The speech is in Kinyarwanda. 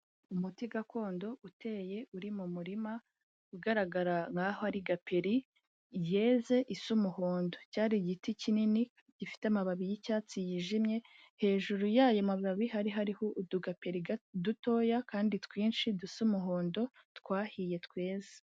Umuti gakondo uteye, uri mu murima, ugaragara nk'aho ari gaperi yeze isa umuhondo, cyari igiti kinini gifite amababi y'icyatsi yijimye, hejuru yayo mababi hari hariho utugaperi dutoya kandi twinshi, dusa umuhondo twahiye tweza.